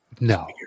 No